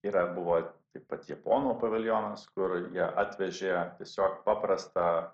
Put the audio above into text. yra buvo taip pat japonų paviljonas kur jie atvežė tiesiog paprastą